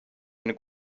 eine